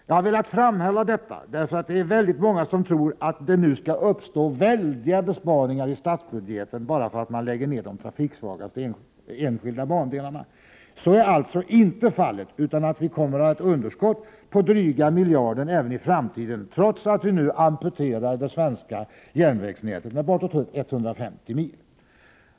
Jag har velat framhålla detta, därför att väldigt många tror att det nu skall uppstå mycket stora besparingar för staten genom att man lägger ned de trafiksvagaste enskilda bandelarna. Så är alltså inte fallet, utan vi kommer att ha underskott på dryga miljarden även i framtiden, trots att vi nu amputerar det svenska järnvägsnätet med bortåt 150 mil.